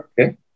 Okay